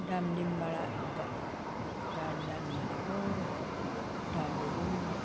डामडिमबाट गा गाडी लानु भनेको दार्जिलिङ